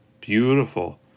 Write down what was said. beautiful